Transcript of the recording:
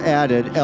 added